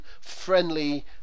friendly